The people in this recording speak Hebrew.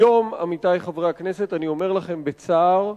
היום, עמיתי חברי הכנסת, אני אומר לכם בצער: